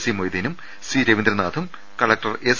C മൊയ്തീനും C രവീന്ദ്രനാഥും collector S